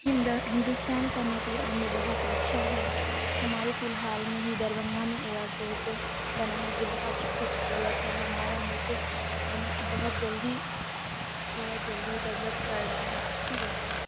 ہندا ہندوستان کا نقل و حمل بہت اچھا ہے ہمارے فی الحال میں ہی دربھنگا میں ایئرپورٹ بنا ہے جو بہت ہی خوبصورت ہے ہمارا ملک بہت جلدی بہت جلدی ڈیولپ کر رہا ہے اچھی بات ہے